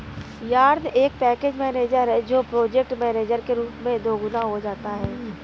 yarn एक package manager है जो प्रोजेक्ट मैनेजर के रूप में दोगुना हो जाता है